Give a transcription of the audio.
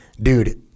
dude